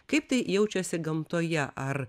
kaip tai jaučiasi gamtoje ar